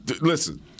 Listen